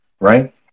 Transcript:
right